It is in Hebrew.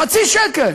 חצי שקל.